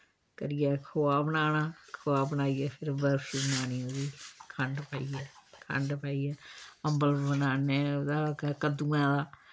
करियै खोआ बनाना खोआ बनाइयै फिर बर्फी बनानी उ'दी खंड पाइयै खंड पाइयै अम्बल बी बनान्ने ओह्दा कद्दूएं दा